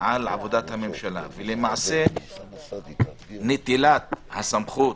עבודת הממשלה ולמעשה נטילת הסמכות